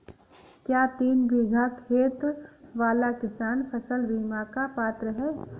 क्या तीन बीघा खेत वाला किसान फसल बीमा का पात्र हैं?